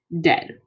dead